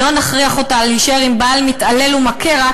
לא נכריח אותה להישאר עם בעל מתעלל ומכה רק